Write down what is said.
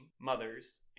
mothers